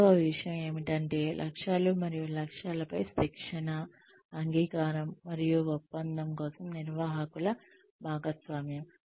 మూడవ విషయం ఏమిటంటే లక్ష్యాలు మరియు లక్ష్యాలపై శిక్షణ అంగీకారం మరియు ఒప్పందం కోసం నిర్వాహకుల భాగస్వామ్యం